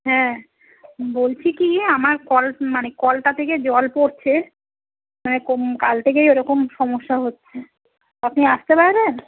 হ্যাঁ বলছি কী আমার কল মানে কলটা থেকে জল পড়ছে মানে কাল থেকেই ওরকম সমস্যা হচ্ছে আপনি আসতে পারেন